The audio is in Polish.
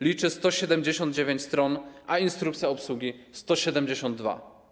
Liczy 179 stron, a instrukcja obsługi - 172.